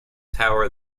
tower